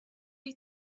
you